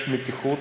יש מתיחות,